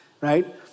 right